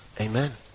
Amen